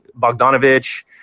Bogdanovich